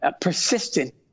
persistent